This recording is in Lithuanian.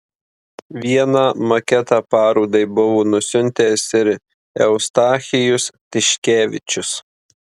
vieną maketą parodai buvo nusiuntęs ir eustachijus tiškevičius